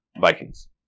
Vikings